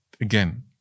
Again